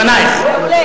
לפנייך.